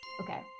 Okay